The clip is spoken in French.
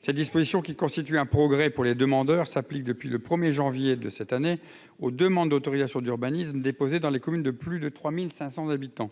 Cette disposition, qui constitue un progrès pour les demandeurs, s'applique depuis le 1 janvier de cette année aux demandes d'autorisation d'urbanisme déposées dans les communes de plus de 3 500 habitants.